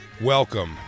Welcome